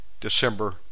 December